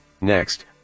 Next